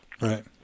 Right